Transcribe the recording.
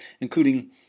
including